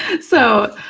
and so,